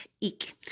ik